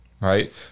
right